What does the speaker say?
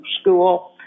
school